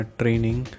training